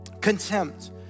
contempt